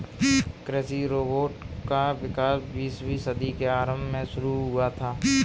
कृषि रोबोट का विकास बीसवीं सदी के आरंभ में शुरू हुआ था